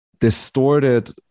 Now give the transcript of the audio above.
distorted